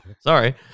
Sorry